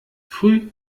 früh